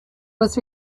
was